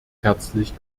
herzlich